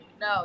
No